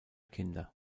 kinder